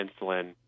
insulin